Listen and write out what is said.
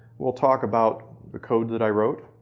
we'll talk about the code that i wrote.